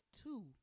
two